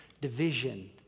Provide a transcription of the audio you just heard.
division